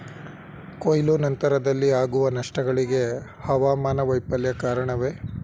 ಕೊಯ್ಲು ನಂತರದಲ್ಲಿ ಆಗುವ ನಷ್ಟಗಳಿಗೆ ಹವಾಮಾನ ವೈಫಲ್ಯ ಕಾರಣವೇ?